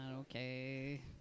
Okay